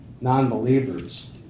non-believers